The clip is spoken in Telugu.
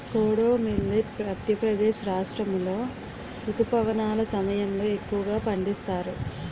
కోడో మిల్లెట్ మధ్యప్రదేశ్ రాష్ట్రాములో రుతుపవనాల సమయంలో ఎక్కువగా పండిస్తారు